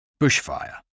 bushfire